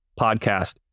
Podcast